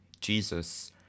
Jesus